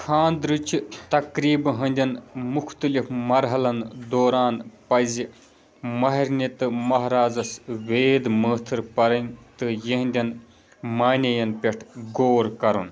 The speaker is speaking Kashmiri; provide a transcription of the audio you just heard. خانٛدرٕ چہِ تقریٖبہٕ ہٕنٛدٮ۪ن مُختلف مرحلن دوران پَزِ مہرنہِ تہٕ مہرازَس وید مٲتھٕر پَرٕنۍ تہٕ یِہٕنٛدٮ۪ن معنی یَن پٮ۪ٹھ غور کرُن